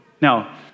Now